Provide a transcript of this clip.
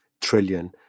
trillion